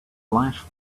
flash